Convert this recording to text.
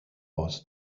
aus